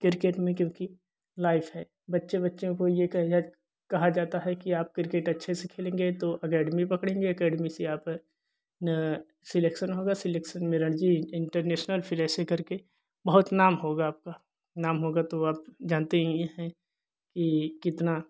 cricket में क्योंकि life है बच्चे बच्चों को ये क्या कहा जाता है कि आप क्रिकेट अच्छे से खेलेंगे तो एकैडमी पकड़ेंगे एकैडमी से आप न सिलेक्शन होगा सिलेक्शन में रणजी इंटरनेशनल फिर ऐसे करके बहुत नाम होगा आपका नाम होगा तो आप जानते ही हैं कि कितना